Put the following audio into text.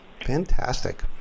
Fantastic